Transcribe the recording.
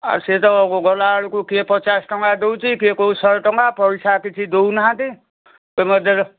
ଆଉ ସିଏତ ଗଲାବେଳକୁ କିଏ ପଚାଶ ଟଙ୍କା ଦଉଛି କିଏ କହୁଛି ଶହେ ଟଙ୍କା ପଇସା କିଛି ଦଉନାହାନ୍ତି ତମେ ଦେ